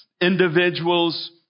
individuals